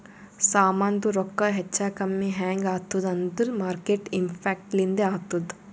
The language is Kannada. ಸಾಮಾಂದು ರೊಕ್ಕಾ ಹೆಚ್ಚಾ ಕಮ್ಮಿ ಹ್ಯಾಂಗ್ ಆತ್ತುದ್ ಅಂದೂರ್ ಮಾರ್ಕೆಟ್ ಇಂಪ್ಯಾಕ್ಟ್ ಲಿಂದೆ ಆತ್ತುದ